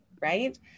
right